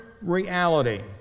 reality